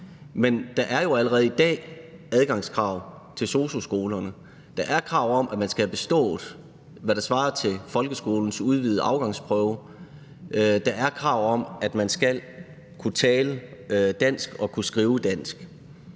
Men der er jo allerede i dag adgangskrav til sosu-skolerne. Der er krav om, at man skal have bestået, hvad der svarer til folkeskolens udvidede afgangsprøve. Der er krav om, at man skal kunne tale dansk og kunne skrive dansk.